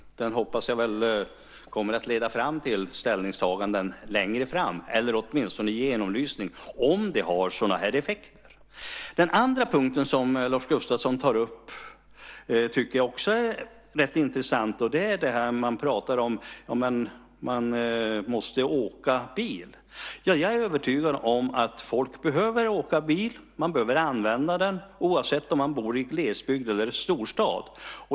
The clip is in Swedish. Jag hoppas att den kommer att leda fram till ställningstaganden längre fram, eller åtminstone en genomlysning om det har sådana här effekter. Den andra punkten som Lars Gustafsson tar upp tycker jag också är rätt intressant, och det gäller talet om att man måste åka bil. Ja, jag är övertygad om att folk behöver åka bil. Man behöver använda den oavsett om man bor i glesbygd eller i storstad.